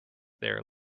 there